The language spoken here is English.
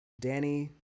Danny